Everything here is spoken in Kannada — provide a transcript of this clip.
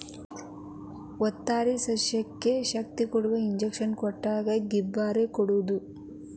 ಒಂತರಾ ಸಸ್ಯಕ್ಕ ಶಕ್ತಿಬರು ಇಂಜೆಕ್ಷನ್ ಕೊಟ್ಟಂಗ ಗಿಬ್ಬರಾ ಕೊಡುದು